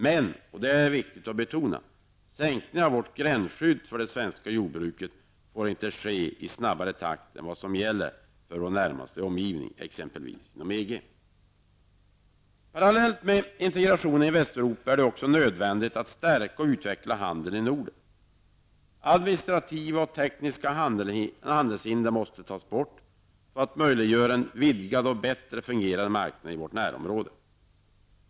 Men det är viktigt att betona att sänkningen av gränsskyddet för det svenska jordbruket inte får ske i snabbare takt än vad som gäller för vår närmaste omgivning, t.ex. EG. Parallellt med integrationen i Västeuropa är det nödvändigt att stärka och utveckla handeln i Norden. Administrativa och tekniska handelshinder i Norden måste tas bort för att möjliggöra en vidgad och bättre fungerande marknad i vårt närområde.